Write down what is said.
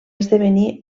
esdevenir